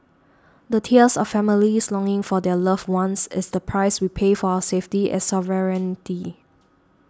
the tears of families longing for their loved ones is the price we pay for our safety and sovereignty